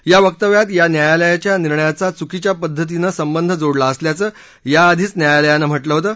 या वक्तव्यात या न्यायालयाचा निर्णयाचा चुकीच्या पद्धतीनं संबंध जोडला असल्याचं याआधीच न्यायालयानं म्हटलं होतं